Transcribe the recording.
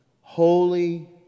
holy